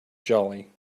jolly